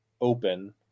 open